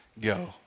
go